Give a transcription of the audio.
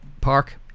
park